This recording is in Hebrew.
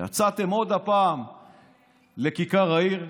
יצאתם שוב לכיכר העיר.